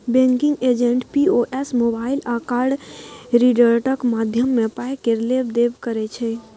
banking agent POS, mobile आ card रीडरक माध्यमे पाय केर लेब देब करै छै